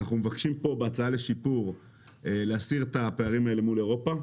אנחנו מבקשים פה בהצעה לשיפור להסיר את הפערים האלה מול אירופה,